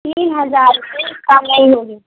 تین ہزار سے کم نہیں ہوگی